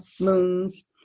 moons